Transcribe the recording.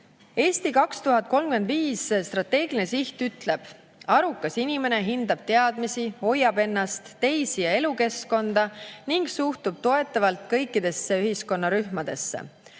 "Eesti 2035" strateegiline siht ütleb: "Arukas inimene hindab teadmisi, hoiab ennast, teisi ja (elu)keskkonda ning suhtub toetavalt kõikidesse ühiskonnarühmadesse.